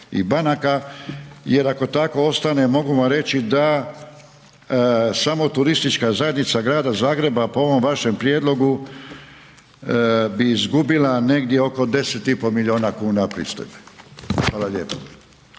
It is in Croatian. jer ako tako ostane mogu vam reći da samo Turistička zajednica Grada Zagreba po ovom vašem prijedlogu bi izgubila negdje oko 10,5 miliona kuna pristojbi. Hvala lijepo.